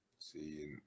See